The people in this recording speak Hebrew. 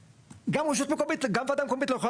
שגם רשות מקומית וגם ועדה מקומית לא יכולה